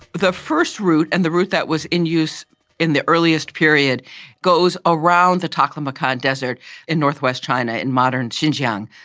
the first route and the route that was in use in the earliest period goes around the taklamakan desert in north-west china, in modern tian shan,